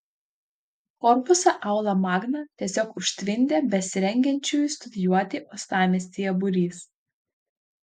korpusą aula magna tiesiog užtvindė besirengiančiųjų studijuoti uostamiestyje būrys